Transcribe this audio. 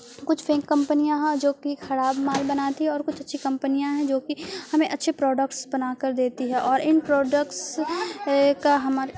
کچھ فیک کمپنیاں ہا جو کہ خراب مال بناتی ہے اور کچھ اچھی کمپنیاں ہیں جو کہ ہمیں اچھے پروڈکٹس بنا کر دیتی ہے اور ان پروڈکٹس کا ہمارے